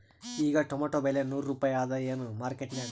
ಈಗಾ ಟೊಮೇಟೊ ಬೆಲೆ ನೂರು ರೂಪಾಯಿ ಅದಾಯೇನ ಮಾರಕೆಟನ್ಯಾಗ?